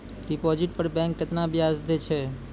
Deposit पर bank केतना ब्याज दै छै?